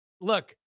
look